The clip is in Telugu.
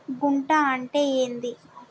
గుంట అంటే ఏంది?